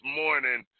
morning